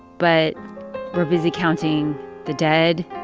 but we're busy counting the dead,